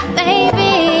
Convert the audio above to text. baby